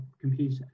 computer